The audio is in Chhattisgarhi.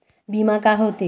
बीमा का होते?